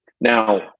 Now